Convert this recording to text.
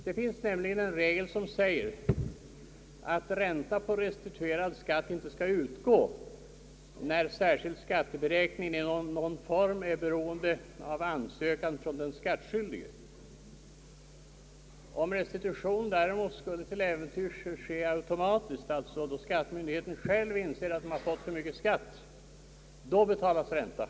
Det finns nämligen en regel som säger, att ränta på restituerad skatt icke skall utgå när särskild skatteberäkning i någon form är beroende av ansökan från den skattskyldige. Om restitution däremot till äventyrs sker automatiskt, alltså då skattemyndigheten själv inser att den har fått för mycket skatt, betalas ränta.